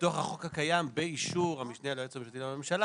בתוך החוק הקיים באישור המשנה ליועצת המשפטית לממשלה